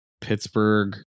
Pittsburgh